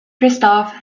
christoph